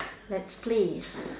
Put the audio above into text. let's play